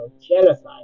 genocide